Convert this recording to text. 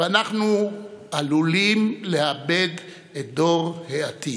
ואנחנו עלולים לאבד את דור העתיד.